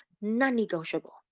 non-negotiable